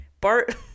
Bart